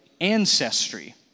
ancestry